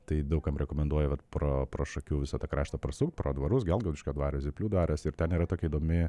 tai daug kam rekomenduoju vat pro pro šakių visą tą kraštą prasukt pro dvarus gelgaudiškio dvarą zyplių dvaras ir ten yra tokia įdomi